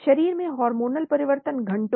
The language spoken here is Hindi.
शरीर में हार्मोनल परिवर्तन घंटों